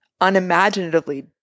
unimaginatively